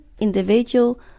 individual